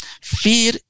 fear